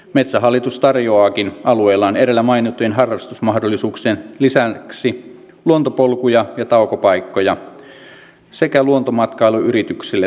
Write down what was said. metsähallitus tarjoaakin alueillaan edellä mainittujen harrastusmahdollisuuksien lisäksi luontopolkuja ja taukopaikkoja sekä luontomatkailuyrityksille toimintamahdollisuuksia